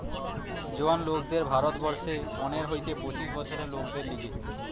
জোয়ান লোকদের ভারত বর্ষে পনের হইতে পঁচিশ বছরের লোকদের লিগে